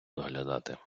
доглядати